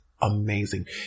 amazing